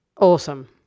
Awesome